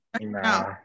No